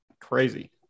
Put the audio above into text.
crazy